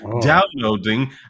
downloading